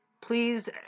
Please